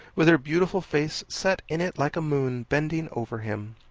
with her beautiful face, set in it like a moon, bending over him.